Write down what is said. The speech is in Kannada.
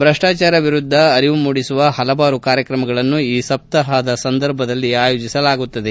ಭ್ರಷ್ಟಾಚಾರದ ವಿರುದ್ಧ ಅರಿವು ಮೂಡಿಸುವ ಹಲವಾರು ಕಾರ್ಯಕ್ರಮಗಳನ್ನು ಈ ಸಪ್ತಾಹದ ಸಂದರ್ಭದಲ್ಲಿ ಆಯೋಜಿಸಲಾಗುತ್ತದೆ